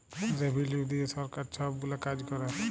revenue দিঁয়ে সরকার ছব গুলা কাজ ক্যরে